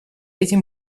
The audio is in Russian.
этим